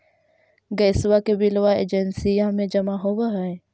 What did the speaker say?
गैसवा के बिलवा एजेंसिया मे जमा होव है?